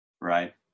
Right